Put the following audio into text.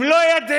הם לא יודעים,